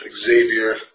Xavier